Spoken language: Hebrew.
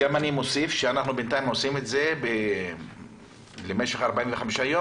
גם אני מוסיף שאנחנו בינתיים עושים את זה למשך 45 יום,